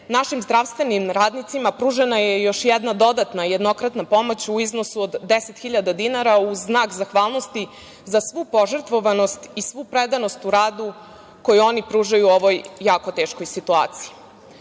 našim zdravstvenim radnicima pružena je još jedna dodatna jednokratna pomoć u iznosu od 10.000 dinara, u znak zahvalnosti za svu požrtvovanost i svu predanost u radu koju oni pružaju u ovoj jako teškoj situaciji. Teškim